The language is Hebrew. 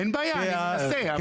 אין בעיה אני מנסה,